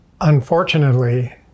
Unfortunately